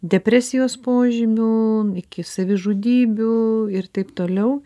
depresijos požymių iki savižudybių ir taip toliau